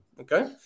Okay